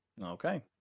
Okay